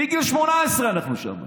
מגיל 18 אנחנו שם,